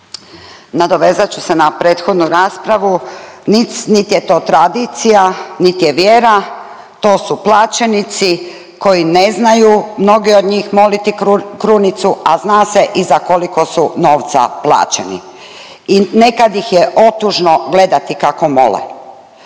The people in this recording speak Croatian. Nadovezat ću se na prethodnu raspravu. Niti je to tradicija, niti je vjera. To su plaćenici koji ne znaju mnoge od njih moliti krunicu, a zna se i za koliko su novca plaćeni. I nekad ih je otužno gledati kako mole.